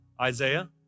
Isaiah